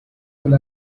will